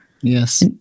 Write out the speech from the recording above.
Yes